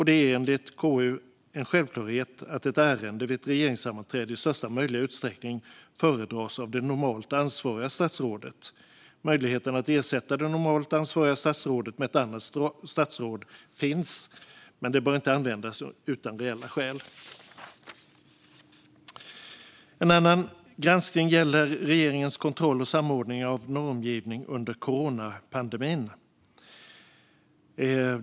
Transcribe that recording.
Det är enligt KU en självklarhet att ett ärende vid ett regeringssammanträde i största möjliga utsträckning föredras av det normalt ansvariga statsrådet. Möjligheten att ersätta det normalt ansvariga statsrådet med ett annat statsråd finns men bör inte användas utan reella skäl. En annan granskning gäller regeringens kontroll och samordning av normgivning under coronapandemin.